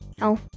No